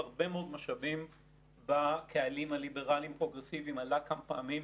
הצבאית עצמה; משרד החוץ אחראי על הסברה כלפי חוץ,